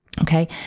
Okay